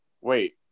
wait